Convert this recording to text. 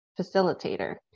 facilitator